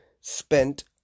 spent